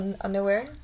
underwear